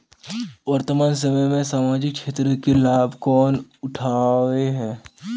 वर्तमान समय में सामाजिक क्षेत्र के लाभ कौन उठावे है?